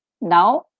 now